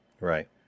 Right